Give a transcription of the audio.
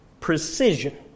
Precision